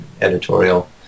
editorial